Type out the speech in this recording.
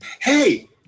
Hey